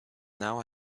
now